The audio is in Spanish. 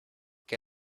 que